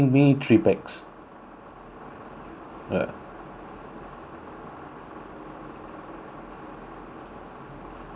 uh